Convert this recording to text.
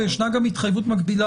יש גם התחייבות מקבילה,